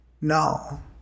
No